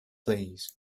please